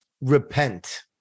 repent